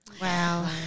Wow